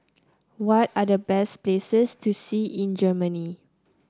what are the best places to see in Germany